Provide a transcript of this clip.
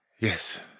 Yes